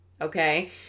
Okay